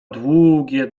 długie